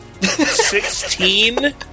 Sixteen